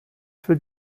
für